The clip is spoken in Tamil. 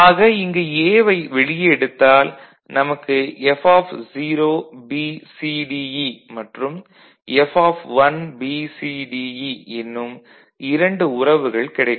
ஆக இங்கு A வை வெளியே எடுத்தால் நமக்கு F0BCDE மற்றும் F1BCDE எனும் இரண்டு உறவுகள் கிடைக்கும்